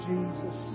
Jesus